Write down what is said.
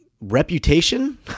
reputation